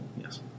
Yes